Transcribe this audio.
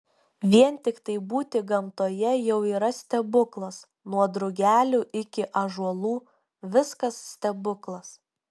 vien tiktai būti gamtoje jau yra stebuklas nuo drugelių iki ąžuolų viskas stebuklas